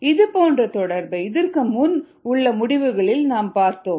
இது போன்ற தொடர்பை இதற்கு முன் உள்ள முடிவுகளில் நாம் பார்த்தோம்